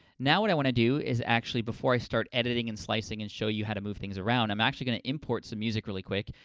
now, what i want to do is, actually, before i start editing and slicing and show you how to move things around, i'm actually gonna import some music, really quick,